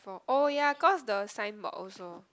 oh ya cause the sign board also